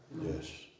Yes